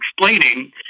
explaining